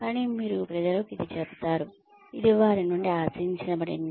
కానీ మీరు ప్రజలకు ఇది చెబుతారు ఇది వారి నుండి ఆశించబడింది